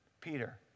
Peter